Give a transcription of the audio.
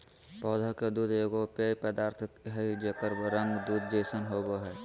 पौधा के दूध एगो पेय पदार्थ हइ जेकर रंग दूध जैसन होबो हइ